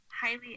highly